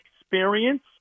experience